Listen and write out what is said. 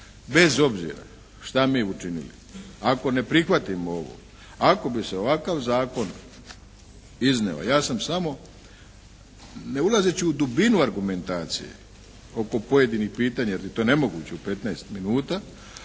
bez obzira što mi učinili, ako ne prihvatimo ovo, ako bi se ovakav zakon izneo, ja sam samo ne ulazeći u dubinu argumentacije oko pojedinih pitanja jer to je nemoguće u 15 minuta